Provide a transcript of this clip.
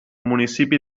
municipi